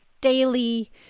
daily